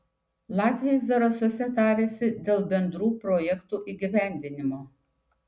latviai zarasuose tarėsi dėl bendrų projektų įgyvendinimo